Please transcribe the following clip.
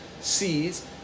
sees